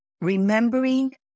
Remembering